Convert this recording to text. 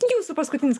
jūsų paskutinis